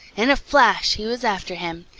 in a flash he was after him,